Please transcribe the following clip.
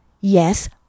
yes